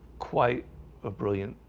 quite a brilliant.